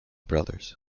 brothers